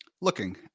Looking